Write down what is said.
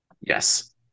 Yes